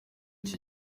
icyo